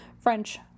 French